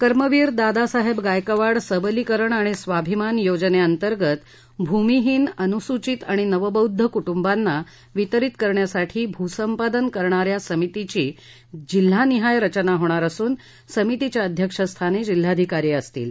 कर्मवीर दादासाहेब गायकवाड सबलीकरण आणि स्वाभिमान योजनेअंतर्गत भूमिहीन अनुसूचित आणि नवबौद्ध कुटुंबांना वितरीत करण्यासाठी भूसंपादन करणा या समितींची जिल्हानिहाय रचना होणार असून समितीच्या अध्यक्षस्थानी जिल्हाधिकारी असतील